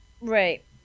Right